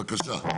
בבקשה.